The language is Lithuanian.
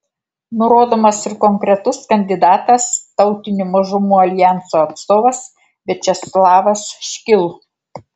nurodomas ir konkretus kandidatas tautinių mažumų aljanso atstovas viačeslavas škil